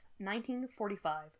1945